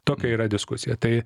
tokia yra diskusija tai